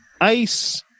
ice